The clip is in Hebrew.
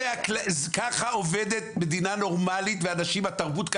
ככה עובדת מדינה נורמלית ואנשים התרבות,